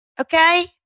Okay